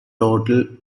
total